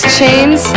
chains